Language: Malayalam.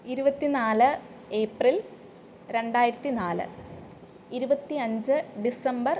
ഇരുപത്തി നാല് ഏപ്രിൽ രണ്ടായിരത്തി നാല് ഇരുപത്തി അഞ്ച് ഡിസംബർ